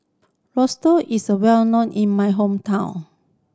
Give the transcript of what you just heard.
Risotto is well known in my hometown